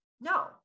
no